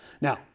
Now